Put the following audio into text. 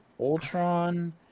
Ultron